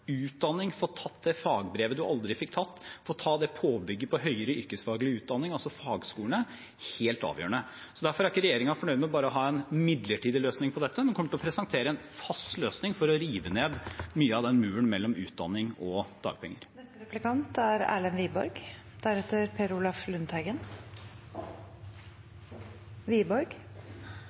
utdanning – få tatt det fagbrevet du aldri fikk tatt, det påbygget på høyere yrkesfaglig utdanning, altså fagskolene – er helt avgjørende. Derfor er ikke regjeringen fornøyd med bare å ha en midlertidig løsning på dette, men kommer til å presentere en fast løsning for å rive ned mye av den muren mellom utdanning og dagpenger. Det er